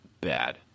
bad